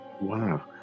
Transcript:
wow